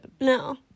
no